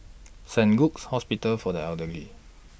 Saint Luke's Hospital For The Elderly